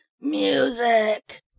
music